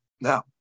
Now